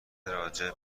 راجع